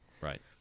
Right